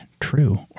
true